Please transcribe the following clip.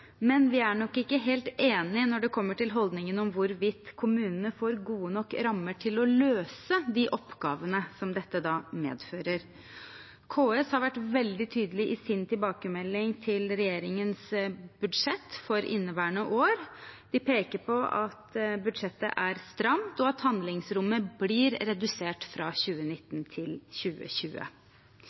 Men vi er nok ikke helt enige når det kommer til holdningen om hvorvidt kommunene får gode nok rammer til å løse de oppgavene som dette da medfører. KS har vært veldig tydelig i sin tilbakemelding på regjeringens budsjett for inneværende år. De peker på at budsjettet er stramt, og at handlingsrommet blir redusert fra 2019 til 2020.